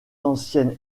anciennes